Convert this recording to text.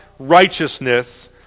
Righteousness